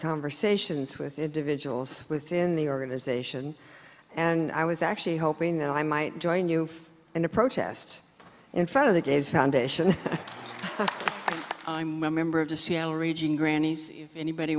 conversations with individuals within the organization and i was actually hoping that i might join you in a protest in front of the gays foundation and i member of the seattle region grannies if anybody